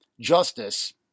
justice